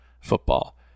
football